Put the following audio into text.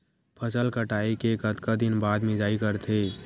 फसल कटाई के कतका दिन बाद मिजाई करथे?